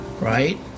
right